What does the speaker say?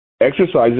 Exercises